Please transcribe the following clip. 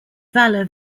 valle